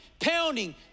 pounding